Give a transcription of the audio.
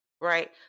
right